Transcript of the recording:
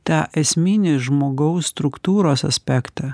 tą esminį žmogaus struktūros aspektą